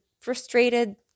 frustrated